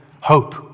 hope